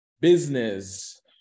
business